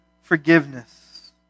forgiveness